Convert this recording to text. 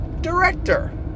director